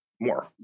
more